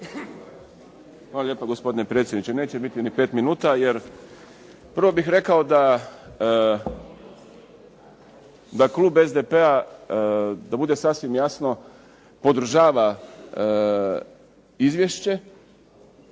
Hvala lijepa, gospodine predsjedniče. Neće biti ni pet minuta. Prvo bih rekao da klub SDP-a, da bude sasvim jasno, podržava izvješće